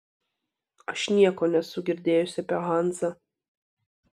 aš nieko nesu girdėjusi apie hanzą